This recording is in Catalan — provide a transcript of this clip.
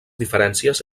diferències